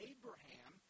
Abraham